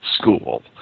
school